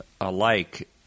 alike